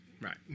Right